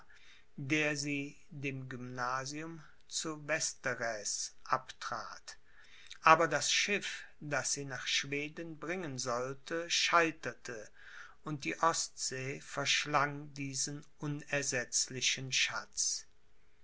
der sie dem gymnasium zu westeräs abtrat aber das schiff das sie nach schweden bringen sollte scheiterte und die ostsee verschlang diesen unersetzlichen schatz